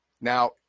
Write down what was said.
Now